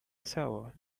shower